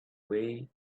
way